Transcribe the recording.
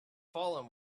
fallen